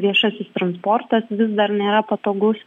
viešasis transportas vis dar nėra patogus